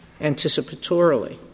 anticipatorily